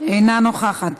אינה נוכחת.